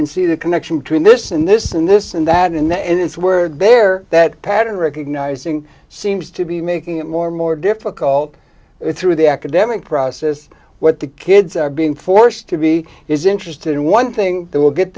and see the connection between this and this and this and that in the end it's word there that pattern recognizing seems to be making it more more difficult through the academic process what the kids are being forced to be is interested in one thing they will get